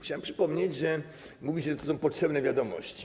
Chciałem przypomnieć, że mówi się, że są to potrzebne wiadomości.